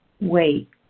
wait